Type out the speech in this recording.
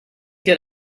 get